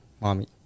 mommy